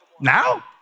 Now